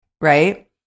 right